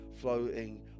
floating